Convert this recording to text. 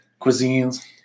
cuisines